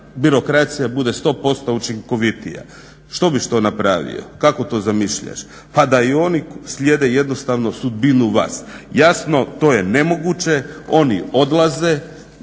birokracija bude 100% učinkovitija. Što bi to napravio, kako to zamišljaš, pa da i oni slijede jednostavno sudbinu vas. Jasno to je nemoguće, oni ostaju,